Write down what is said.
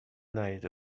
ندیده